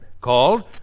called